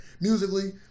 Musically